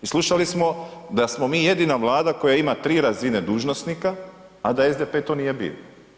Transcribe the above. I slušali smo da smo mi jedina vlada koja ima 3 razine dužnosnika, a da SDP to nije bio.